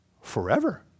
forever